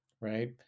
right